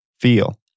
Feel